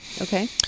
Okay